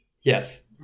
Yes